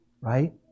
Right